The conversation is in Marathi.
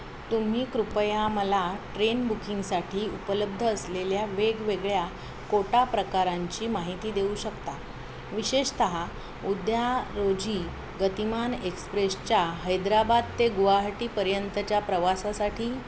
तुम्ही कृपया मला ट्रेन बुकिंगसाठी उपलब्ध असलेल्या वेगवेगळ्या कोटा प्रकारांची माहिती देऊ शकता विशेषतः उद्या रोजी गतिमान एक्सप्रेसच्या हैदराबाद ते गुवाहाटीपर्यंतच्या प्रवासासाठी